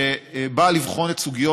שבאה לבחון סוגיות.